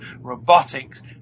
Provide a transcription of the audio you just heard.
robotics